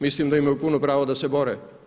Mislim da imaju puno pravo da se bore.